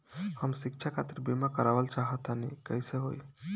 हम शिक्षा खातिर बीमा करावल चाहऽ तनि कइसे होई?